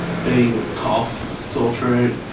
being cough, sore throat,